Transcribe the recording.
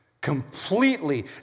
completely